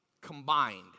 combined